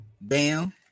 Bam